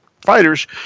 fighters